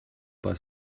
bei